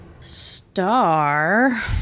Star